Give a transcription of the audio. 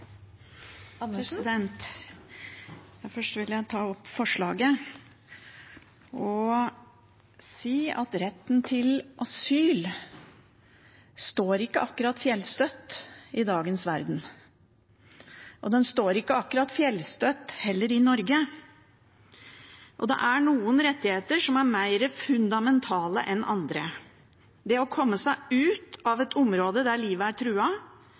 Først vil jeg ta opp forslaget. Retten til asyl står ikke akkurat fjellstøtt i dagens verden. Den står heller ikke akkurat fjellstøtt i Norge. Det er noen rettigheter som er mer fundamentale enn andre – det å komme seg ut av et område der livet er